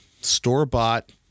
store-bought